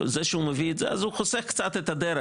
זה שהוא הביא את זה, אז הוא חוסך קצת את הדרך.